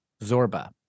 Zorba